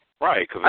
Right